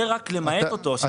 זה רק למעט אותו.